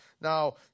Now